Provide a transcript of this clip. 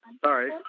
Sorry